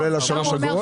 כולל השלוש אגורות?